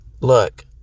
Look